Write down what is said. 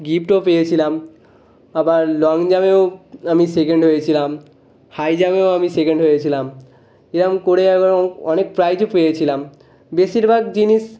গিফটও পেয়েছিলাম আবার লং জাম্পেও আমি সেকেন্ড হয়েছিলাম হাই জামেও আমি সেকেন্ড হয়েছিলাম এরম করে একরকম অনেক প্রাইজও পেয়েছিলাম বেশিরভাগ জিনিস